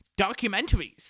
documentaries